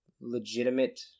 legitimate